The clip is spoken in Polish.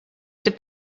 czy